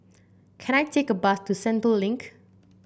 can I take a bus to Sentul Link